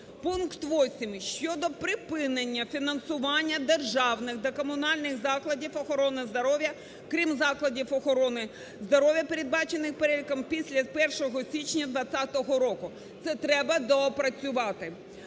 пункт 8 – щодо припинення фінансування державних та комунальних закладів охорони здоров'я, крім закладів охорони здоров'я, передбачених переліком після 1 січня 2020 року. Це треба доопрацювати.